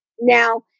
Now